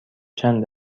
چند